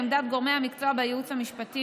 לעמדת גורמי המקצוע בייעוץ המשפטי,